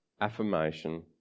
affirmation